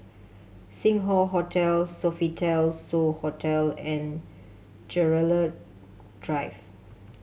Sing Hoe Hotel Sofitel So Hotel and Gerald Drive